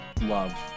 love